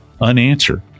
unanswered